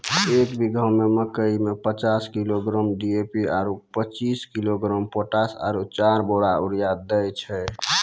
एक बीघा मे मकई मे पचास किलोग्राम डी.ए.पी आरु पचीस किलोग्राम पोटास आरु चार बोरा यूरिया दैय छैय?